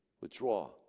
withdraw